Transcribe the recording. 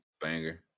Banger